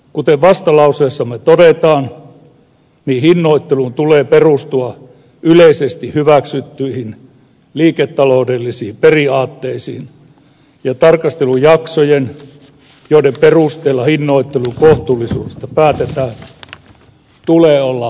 kuten vastalauseessamme todetaan hinnoittelun tulee perustua yleisesti hyväksyttyihin liiketaloudellisiin periaatteisiin ja tarkastelujaksojen joiden perusteella hinnoittelun kohtuullisuudesta päätetään tulee olla riittävän pitkiä